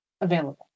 available